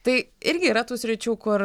tai irgi yra tų sričių kur